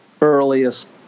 earliest